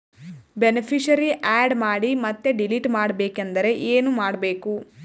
Beneficiary, add ಮಾಡಿ ಮತ್ತೆ delete ಮಾಡಬೇಕೆಂದರೆ ಏನ್ ಮಾಡಬೇಕು?